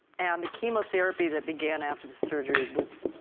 and the chemotherapy that began after the surgery was.